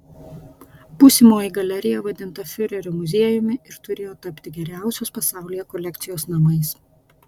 būsimoji galerija vadinta fiurerio muziejumi ir turėjo tapti geriausios pasaulyje kolekcijos namais